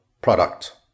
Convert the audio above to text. product